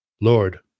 Lord